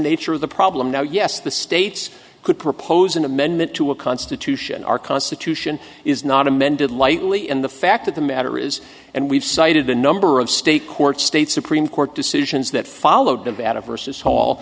nature of the problem now yes the states could propose an amendment to a constitution our constitution is not amended lightly and the fact of the matter is and we've cited a number of state courts state supreme court decisions that followed about a versus hall